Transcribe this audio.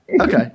Okay